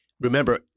Remember